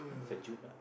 sejuk pula